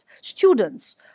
Students